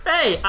Hey